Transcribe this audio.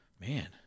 man